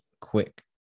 quick